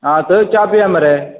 हां थंय च्या पिवया मरे